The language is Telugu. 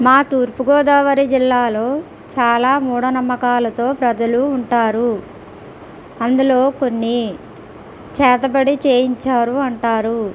మా తూర్పుగోదావరి జిల్లాలో చాలా మూఢనమ్మకాలతో ప్రజలు ఉంటారు అందులో కొన్ని చేతబడి చేయించారు అంటారు